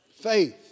Faith